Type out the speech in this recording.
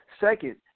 Second